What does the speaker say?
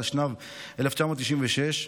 התשנ"ו 1996,